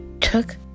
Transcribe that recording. took